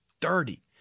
dirty